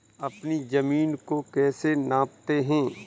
अपनी जमीन को कैसे नापते हैं?